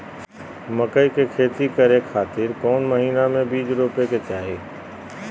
मकई के खेती करें खातिर कौन महीना में बीज रोपे के चाही?